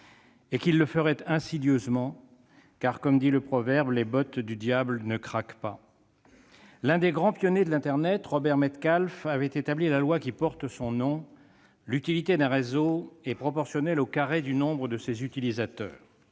et qu'il le ferait insidieusement, car comme le dit le proverbe, « les bottes du diable ne grincent pas ». L'un des grands pionniers de l'internet, Robert Metcalfe, avait établi la loi qui porte son nom : l'utilité d'un réseau est proportionnelle au carré du nombre de ses utilisateurs.